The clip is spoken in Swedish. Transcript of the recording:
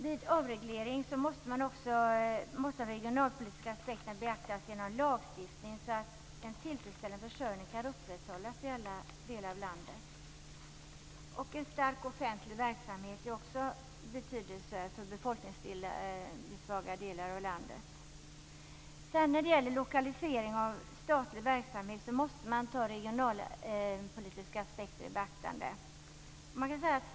Vid avreglering måste de regionalpolitiska aspekterna beaktas genom lagstiftning så att en tillfredsställande försörjning kan upprätthållas i alla delar av landet. En stark offentlig verksamhet är också av betydelse för befolkningssvaga delar av landet. När det gäller lokalisering av statlig verksamhet måste man ta regionalpolitiska aspekter i beaktande.